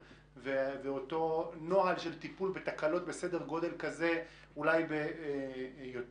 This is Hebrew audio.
ולאותו נוהל של טיפול בתקלות בסדר גודל כזה אולי באופן